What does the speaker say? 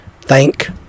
Thank